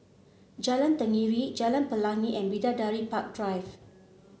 Jalan Tenggiri Jalan Pelangi and Bidadari Park Drive